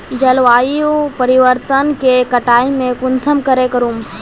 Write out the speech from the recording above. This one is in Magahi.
जलवायु परिवर्तन के कटाई में कुंसम करे करूम?